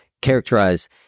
characterize